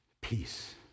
Peace